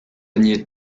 nier